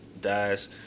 dies